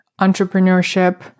entrepreneurship